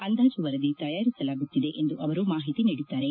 ಅಂದಾಜು ವರದಿ ತಯಾರಿಸಲಾಗುತ್ತಿದೆ ಎಂದು ಅವರು ಮಾಹಿತಿ ನೀಡಿದ್ದಾರೆ